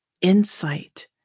insight